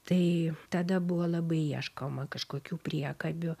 tai tada buvo labai ieškoma kažkokių priekabių